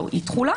או אי תחולה.